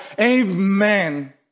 Amen